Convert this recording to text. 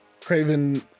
craven